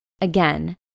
Again